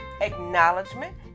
acknowledgement